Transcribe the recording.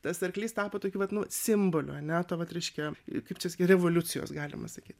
tas arklys tapo tokiu vat nu simboliu ane to vat reiškia kaip čia sakyt revoliucijos galima sakyt